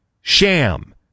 sham